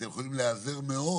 אתם יכולים להיעזר מאוד